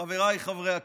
חבריי חברי הכנסת,